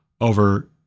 over